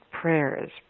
prayers